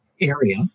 area